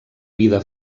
vida